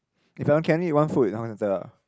if I want Kenny you want food